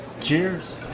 Cheers